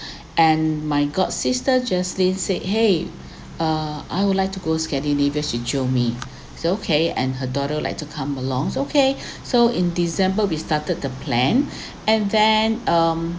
and my godsister justine say !hey! uh I would like to go scandinavia she jio me so okay and her daughter like to come along so okay so in december we started the plan and then um